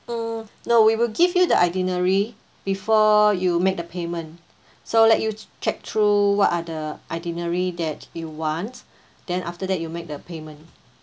mm no we will give you the itinerary before you make the payment so let you check through what are the itinerary that you want then after that you make the payment